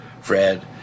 Fred